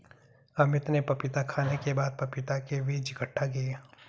अमित ने पपीता खाने के बाद पपीता के बीज इकट्ठा किए